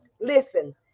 Listen